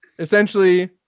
Essentially